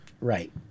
Right